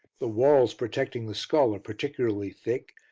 the walls protecting the skull are particularly thick,